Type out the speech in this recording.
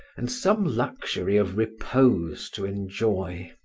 and some luxury of repose to enjoy.